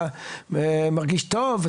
אתה מרגיש טוב?